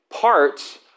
parts